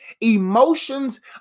Emotions